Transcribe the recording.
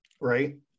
Right